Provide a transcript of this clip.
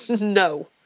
No